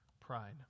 pride